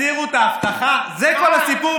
הסירו את האבטחה, זה כל הסיפור?